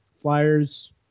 Flyers